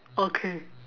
okay